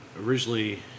originally